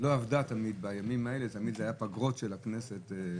תמיד זה היה פגרות של הכנסת.